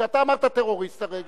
כשאתה אמרת טרוריסט הרגע,